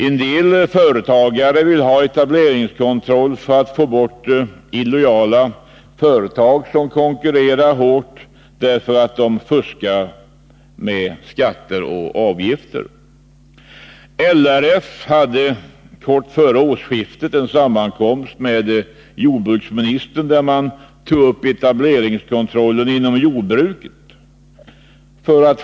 Vissa företagare vill ha etableringskontroll för att få bort illojala företag som konkurrerar hårt, därför att de fuskar med skatter och avgifter. LRF hade kort före årsskiftet en sammankomst med jordbruksministern, varvid etableringskontrollen inom jordbruket togs upp.